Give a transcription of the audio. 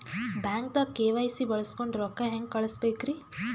ಬ್ಯಾಂಕ್ದಾಗ ಕೆ.ವೈ.ಸಿ ಬಳಸ್ಕೊಂಡ್ ರೊಕ್ಕ ಹೆಂಗ್ ಕಳಸ್ ಬೇಕ್ರಿ?